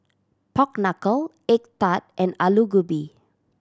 pork knuckle egg tart and Aloo Gobi